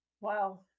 Wow